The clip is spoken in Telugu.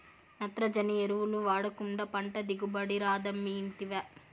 నత్రజని ఎరువులు వాడకుండా పంట దిగుబడి రాదమ్మీ ఇంటివా